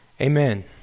Amen